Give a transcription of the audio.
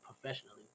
professionally